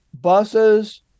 buses